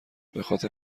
بخاطر